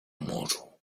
morzu